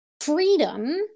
freedom